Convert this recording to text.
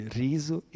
riso